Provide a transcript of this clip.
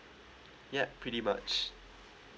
yup pretty much